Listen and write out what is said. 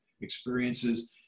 experiences